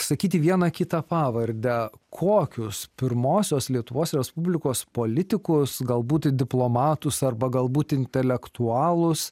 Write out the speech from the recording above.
sakyti vieną kitą pavardę kokius pirmosios lietuvos respublikos politikus galbūt diplomatus arba galbūt intelektualus